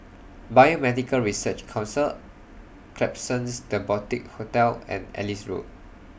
Biomedical Research Council Klapsons The Boutique Hotel and Ellis Road